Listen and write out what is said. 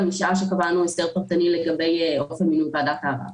משעה שקבענו הסדר פרטני זה חל לגבי ועדת הערר.